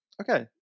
Okay